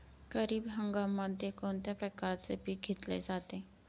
खरीप हंगामामध्ये कोणत्या प्रकारचे पीक घेतले जाते?